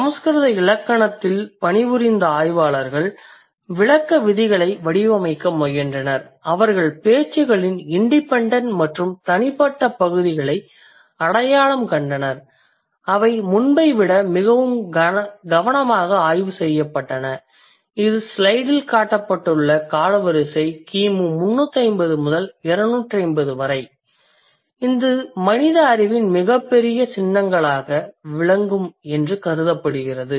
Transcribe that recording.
சமஸ்கிருத இலக்கணத்தில் பணிபுரிந்த ஆய்வாளர்கள் விளக்க விதிகளை வடிவமைக்க முயன்றனர் அவர்கள் பேச்சுகளின் இண்டிபெண்டண்ட் மற்றும் தனிப்பட்ட பகுதிகளை அடையாளம் கண்டணர் அவை முன்பை விட மிகவும் கவனமாக ஆய்வு செய்யப்பட்டன இது ஸ்லைடில் காட்டப்பட்டுள்ள காலவரிசை கிமு 350 முதல் 250 வரை இது மனித அறிவின் மிகப் பெரிய சின்னங்களாக விளங்கும் என்று கருதப்படுகிறது